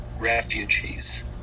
refugees